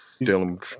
dealing